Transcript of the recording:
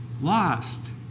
lost